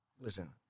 Listen